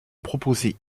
proposer